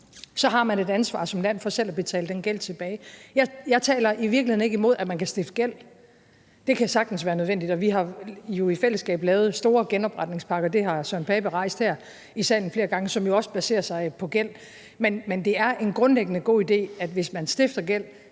så har et ansvar for selv at betale den gæld tilbage. Jeg taler i virkeligheden ikke imod, at man kan stifte gæld. Det kan sagtens være nødvendigt, og vi har jo også i fællesskab lavet store genopretningspakker – det har hr. Søren Pape Poulsen rejst her i salen flere gange – som baserer sig på gæld, men det er grundlæggende en god idé, at man, hvis man stifter gæld,